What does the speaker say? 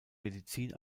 medizin